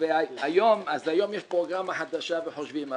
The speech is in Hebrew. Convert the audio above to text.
אז היום יש פה פרוגרמה חדשה וחושבים,